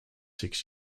six